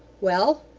well!